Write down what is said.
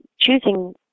choosing